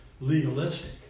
legalistic